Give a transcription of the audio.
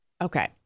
Okay